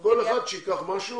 שכל אחד ייקח משהו